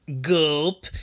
gulp